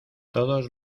todos